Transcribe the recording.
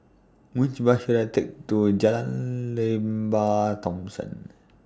Which Bus should I Take to Jalan Lembah Thomson